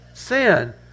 sin